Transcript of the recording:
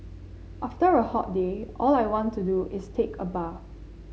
after a hot day all I want to do is take a bath